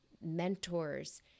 mentors